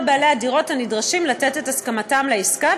בעלי הדירות הנדרשים לתת את הסכמתם לעסקה,